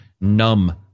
numb